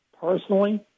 personally